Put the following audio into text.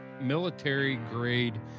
military-grade